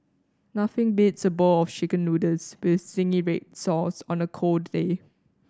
nothing beats a bowl of Chicken Noodles with zingy red sauce on a cold day